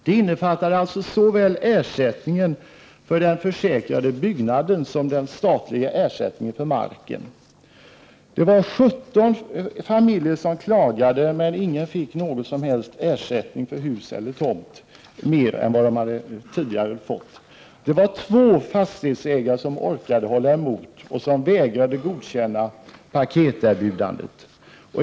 Det innefattade såväl ersättningen för den försäkrade byggnaden som den statliga ersättningen för marken. Det var 17 familjer som klagade, men ingen fick någon som helst ytterligare ersättning för hus eller tomt. Det var två fastighetsägare som orkade hålla emot och som vägrade godkänna paketerbjudandet.